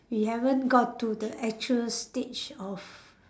we haven't got to the actual stage of